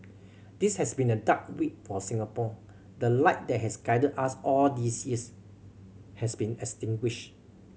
this has been a dark week for Singapore the light that has guided us all these years has been extinguished